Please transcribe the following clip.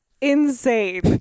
insane